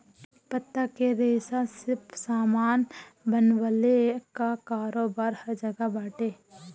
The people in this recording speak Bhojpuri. पत्ता के रेशा से सामान बनवले कअ कारोबार हर जगह बाटे